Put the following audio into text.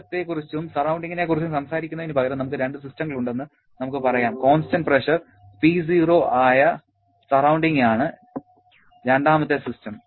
സിസ്റ്റത്തെക്കുറിച്ചും സറൌണ്ടിങ്ങിനെ കുറിച്ചും സംസാരിക്കുന്നതിനുപകരം നമുക്ക് രണ്ട് സിസ്റ്റങ്ങളുണ്ടെന്ന് നമുക്ക് പറയാംകോൺസ്റ്റന്റ് പ്രഷർ P0 ആയ സറൌണ്ടിങ് ആണ് രണ്ടാമത്തെ സിസ്റ്റം